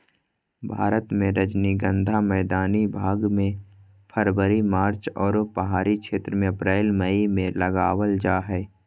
भारत मे रजनीगंधा मैदानी भाग मे फरवरी मार्च आरो पहाड़ी क्षेत्र मे अप्रैल मई मे लगावल जा हय